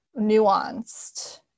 nuanced